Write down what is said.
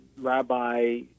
Rabbi